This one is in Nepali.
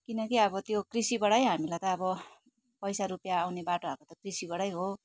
किनकि अब त्यो कृषिबाटै हामीलाई त अब पैसा रुपियाँ आउने बाटो हाम्रो त कृषिबाटै हो